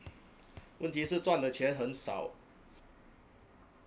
问题是赚的钱很少